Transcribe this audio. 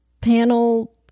panel